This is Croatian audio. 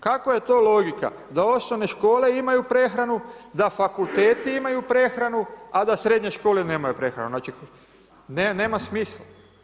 Kako je to logika, da osnovne škole imaju prehranu, da fakulteti imaju prehranu, a da srednje škole nemaju prehranu, znači, nema smisla.